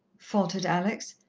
faltered alex.